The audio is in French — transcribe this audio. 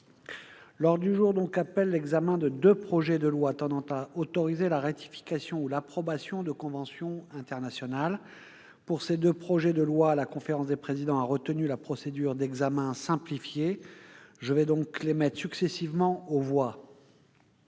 L'ordre du jour appelle l'examen de deux projets de loi tendant à autoriser la ratification ou l'approbation de conventions internationales. Pour ces deux projets de loi, la conférence des présidents a retenu la procédure d'examen simplifié. Je vais donc les mettre successivement aux voix.